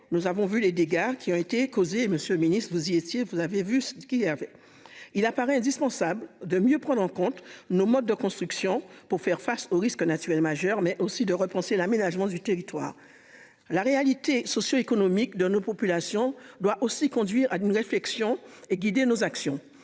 nous avons vu les dégâts qui ont été causées, Monsieur le Ministre, vous y étiez, vous avez vu ce qu'il avait. Il apparaît indispensable de mieux prendre en compte nos modes de construction pour faire face aux risques naturels majeurs mais aussi de repenser l'aménagement du territoire. La réalité socio-économique de nos populations doit aussi conduire à une réflexion et guider nos actions.